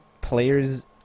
players